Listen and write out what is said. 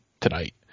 tonight